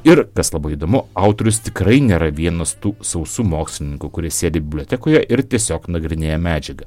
ir tas labai įdomu autorius tikrai nėra vienas tų sausų mokslininkų kuris sėdi bibliotekoje ir tiesiog nagrinėja medžiagą